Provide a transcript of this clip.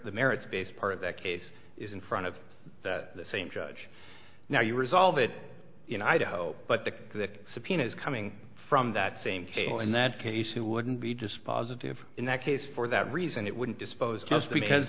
the merits based part of that case is in front of that same judge now you resolve it in idaho but the subpoena is coming from that same cable in that case it wouldn't be dispositive in that case for that reason it wouldn't dispose just because